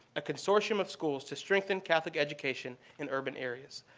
a consortium of schools to strengthen catholic education in urban areas.